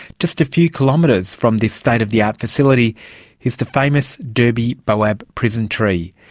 just a few kilometres from the state of the art facility is the famous derby boab prison tree.